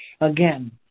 again